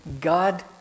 God